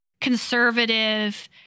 conservative